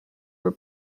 were